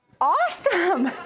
Awesome